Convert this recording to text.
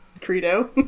credo